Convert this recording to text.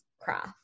craft